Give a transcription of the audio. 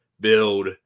Build